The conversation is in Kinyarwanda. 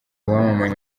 wamamaye